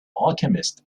alchemist